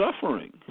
suffering